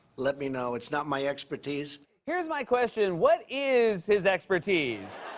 let me know. it's not my expertise here's my question what is his expertise?